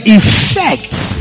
effects